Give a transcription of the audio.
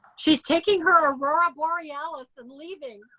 she's taking her aurora borealis and leaving.